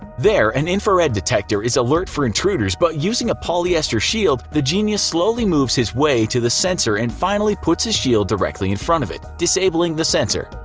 there an infrared detector is alert for intruders, but using a polyester shield, the genius slowly moves his way to the sensor and finally puts his shield directly in front of it, disabling the sensor.